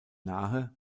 nahe